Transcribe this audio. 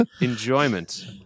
enjoyment